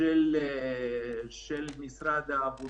של משרד העבודה,